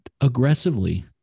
aggressively